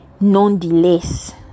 nonetheless